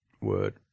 word